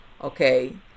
okay